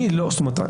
אני לא זאת אומרת,